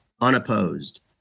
unopposed